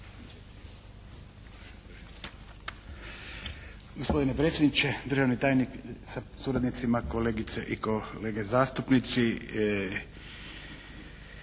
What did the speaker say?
Hvala vam